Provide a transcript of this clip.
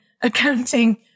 accounting